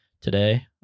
today